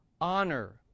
honor